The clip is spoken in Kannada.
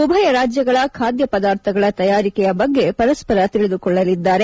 ಉಭಯ ರಾಜ್ಯಗಳ ಖಾದ್ಯ ಪದಾರ್ಥಗಳ ತಯಾರಿಕೆ ಬಗ್ಗೆ ಪರಸ್ಪರ ತಿಳಿದುಕೊಳ್ಳಲಿದ್ದಾರೆ